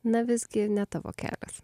na visgi ne tavo kelias